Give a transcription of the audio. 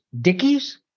Dickies